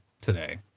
today